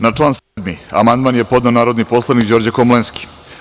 Na član 7. amandman je podneo narodni poslanik Đorđe Komlenski.